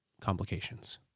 complications